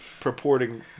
purporting